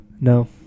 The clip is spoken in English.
No